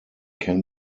can